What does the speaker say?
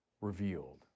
revealed